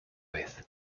vez